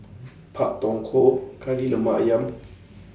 Pak Thong Ko Kari Lemak Ayam